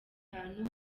hantu